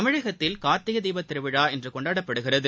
தமிழகத்தில் கார்த்திகைதீபத் திருவிழா இன்றுகொண்டாடப்படுகிறது